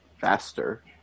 faster